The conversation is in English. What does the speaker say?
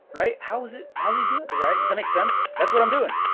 right, how's it, how's he do it though, right? does that make sense, that's what i'm doing,